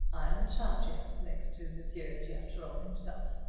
i am in charge here next to monsieur giatron himself.